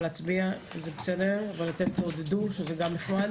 להצביע אבל אתם תעודדו וגם זה נחמד